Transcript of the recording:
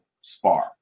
spar